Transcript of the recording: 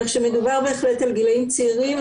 כך שמדובר בהחלט על גילאים צעירים,